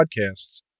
podcasts